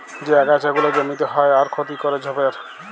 যে আগাছা গুলা জমিতে হ্যয় আর ক্ষতি ক্যরে ছবের